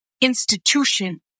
institution